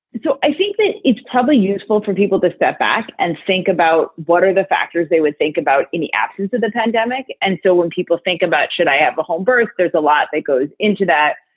and so i think that it's probably useful for people to step back and think about what are the factors they would think about in the absence of the pandemic. and so when people think about should i have a homebirth? there's a lot that goes into that.